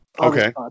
Okay